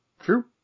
True